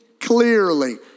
clearly